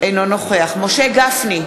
אינו נוכח משה גפני,